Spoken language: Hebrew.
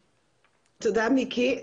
תודה, מיקי.